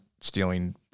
stealing